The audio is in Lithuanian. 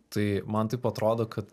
tai man taip atrodo kad